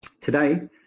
Today